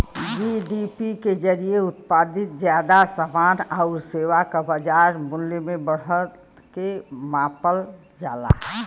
GDP के जरिये उत्पादित जादा समान आउर सेवा क बाजार मूल्य में बढ़त के मापल जाला